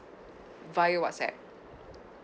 via WhatsApp